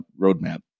roadmap